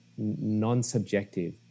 non-subjective